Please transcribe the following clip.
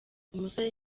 umusore